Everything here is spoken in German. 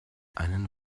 einen